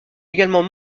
également